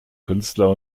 künstler